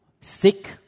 sick